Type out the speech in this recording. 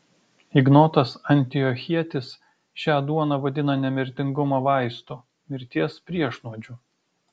ignotas antiochietis šią duoną vadina nemirtingumo vaistu mirties priešnuodžiu